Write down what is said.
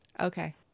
Okay